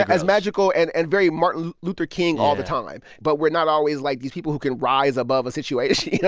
as magical and and very martin luther king. yeah. all the time. but we're not always like these people who can rise above a situation. you know